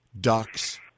Ducks